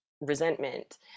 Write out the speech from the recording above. resentment